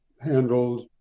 handled